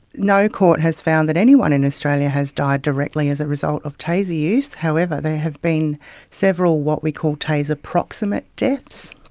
no court has found that anyone in australia has died directly as a result of taser use. however, there have been several what we call taser proximate deaths.